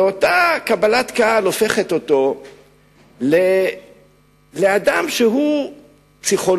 ואותה קבלת קהל הופכת אותו לאדם שהוא פסיכולוג,